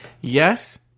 yes